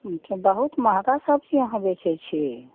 अच्छा बहुत महँगा सब्जी अहाँ बेचैत छियै